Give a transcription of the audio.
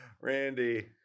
Randy